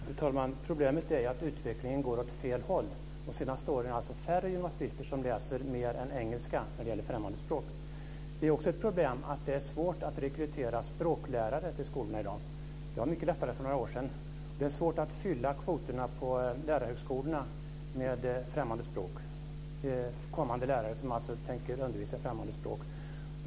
Fru talman! Problemet är att utvecklingen går åt fel håll. De senaste året har färre gymnasister läst mer än engelska som främmande språk. Det är också ett problem att det är svårt att rekrytera språklärare till skolorna i dag. Det var mycket lättare för några år sedan. Det är svårt att fylla kvoterna på lärarhögskolorna för främmande språk, dvs. kommande lärare som tänker undervisa i främmande språk.